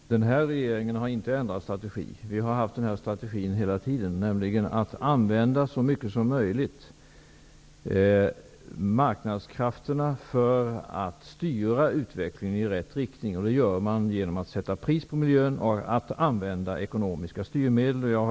Fru talman! Denna regering har inte ändrat strategin. Vi har haft denna strategi hela tiden, nämligen att använda så mycket som möjligt av marknadskrafterna för att styra utvecklingen i rätt riktning. Det gör vi genom att sätta pris på miljön och använda ekonomiska styrmedel.